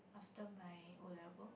after my O-levels